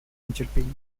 нетерпении